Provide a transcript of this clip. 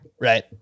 right